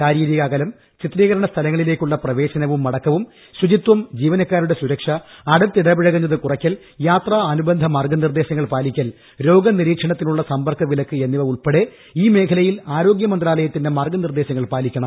ശാരീരിക അകലം ചിത്രീകരണ സ്ഥലങ്ങളി ലേക്കുള്ള പ്രവേശനവും മടക്കവും ശുചിത്വം ജീവനക്കാരുടെ സുരക്ഷ അടുത്തിടപഴകുന്നത് കുറയ്ക്കൽ യാത്രാ അനുബന്ധ മാർഗ്ഗനിർദ്ദേശങ്ങൾ പാലിക്കൽ രോഗ നിരീക്ഷണത്തിനുള്ള സമ്പർക്ക വിലക്ക് എന്നിവ ഉൾപ്പെടെ ഈ മേഖലയിൽ ആരോഗ്യ മന്ത്രാലയത്തിന്റെ മാർഗനിർദേശങ്ങൾ പാലിക്കണം